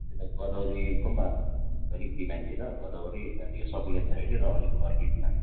त्यही त गोदावरीको पनि अलिक डिमान्ड थियो त गोदावरी अनि सकुलेन्ट भेराइटी र अलिक अर्किडमा